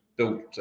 Built